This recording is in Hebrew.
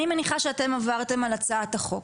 אני מניחה שאתם עברתם על הצעת החוק.